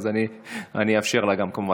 אני אאפשר לה, כמובן.